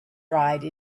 ride